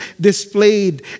displayed